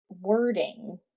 wording